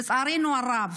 לצערנו הרב,